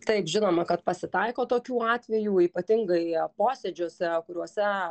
taip žinoma kad pasitaiko tokių atvejų ypatingai posėdžiuose kuriuose